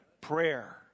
prayer